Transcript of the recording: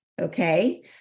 okay